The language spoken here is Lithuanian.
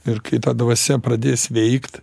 ir kai ta dvasia pradės veikt